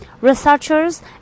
Researchers